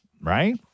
Right